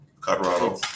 Colorado